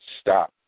stop